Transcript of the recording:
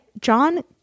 John